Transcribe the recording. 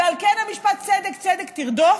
ועל כן המשפט "צדק צדק תרדוף"